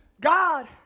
God